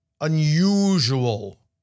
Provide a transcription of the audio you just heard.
unusual